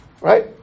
right